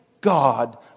God